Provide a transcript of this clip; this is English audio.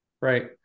Right